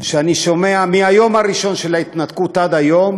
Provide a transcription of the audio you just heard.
שאני שומע מהיום הראשון של ההתנתקות עד היום